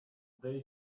they